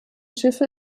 schiffe